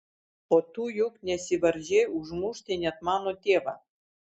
o tu juk nesivaržei užmušti net mano tėvą